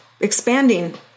expanding